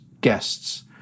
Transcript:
guests